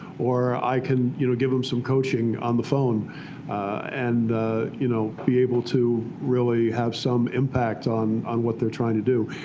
or i can you know give them some coaching on the phone and you know be able to really have some impact on on what they're trying to do.